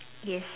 yes